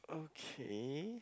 okay